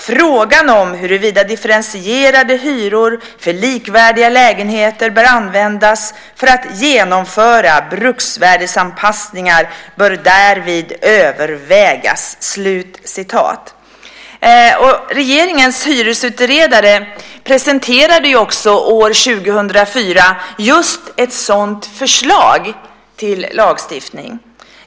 Frågan om huruvida differentierade hyror för likvärdiga lägenheter bör användas för att genomföra bruksvärdesanpassningar bör därvid övervägas." Regeringens hyresutredare presenterade också år 2004 just ett sådant förslag till lagstiftning.